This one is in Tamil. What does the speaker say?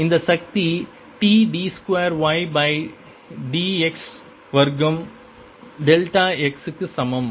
இந்த சக்தி T d 2 y by d x வர்க்கம் டெல்டா x க்கு சமம்